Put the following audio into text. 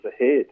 Ahead